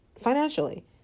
financially